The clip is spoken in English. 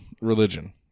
religion